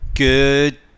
Good